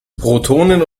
protonen